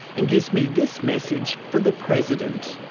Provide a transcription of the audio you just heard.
and gives me this message for the president.